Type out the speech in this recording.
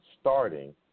starting